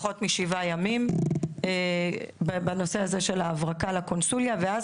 פחות משבעה ימי בנושא הזה שלה הברקה לקונסוליה ואז